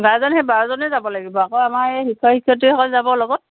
guardian সেই বাৰজনেই যাব লাগিব আকৌ আমাৰ এই শিক্ষক শিক্ষয়িত্ৰীসকল যাব লগত